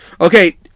Okay